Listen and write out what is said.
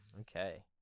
Okay